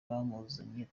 tumukeneye